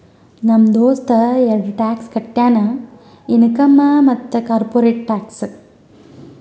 ನಮ್ ದೋಸ್ತ ಎರಡ ಟ್ಯಾಕ್ಸ್ ಕಟ್ತಾನ್ ಇನ್ಕಮ್ ಮತ್ತ ಕಾರ್ಪೊರೇಟ್ ಟ್ಯಾಕ್ಸ್